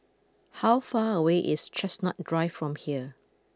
how far away is Chestnut Drive from here